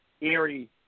eerie